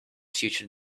future